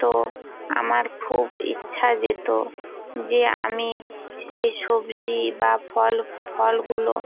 তো আমার খুব ইচ্ছা যেত যে আমি সে সবজি বা ফল ফলগুলো